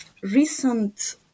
recent